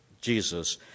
Jesus